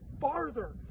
farther